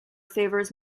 favors